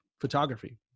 photography